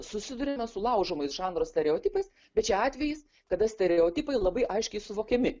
susiduriame su laužomais žanro stereotipais bet čia atvejis kada stereotipai labai aiškiai suvokiami